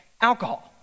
alcohol